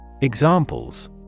Examples